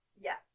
Yes